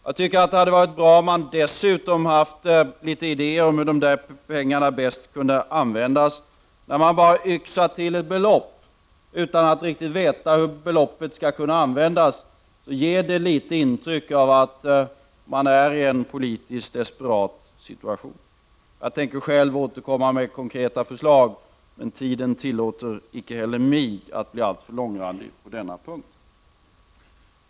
Jag tycker att det hade varit bra om man dessutom hade haft litet idéer om hur pengarna bäst kan användas. När man bara yxar till ett belopp utan att riktigt veta hur beloppet skall användas ger det ett intryck av att man ärien politiskt desperat situation. Jag tänker själv återkomma med konkreta förslag, men tiden tillåter inte heller mig att bli alltför långrandig på denna punkt.